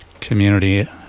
community